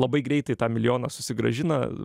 labai greitai tą milijoną susigrąžina